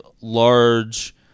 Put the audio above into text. Large